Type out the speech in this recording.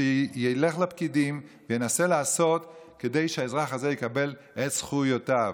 שילך לפקידים וינסה לעשות כדי שהאזרח הזה יקבל את זכויותיו.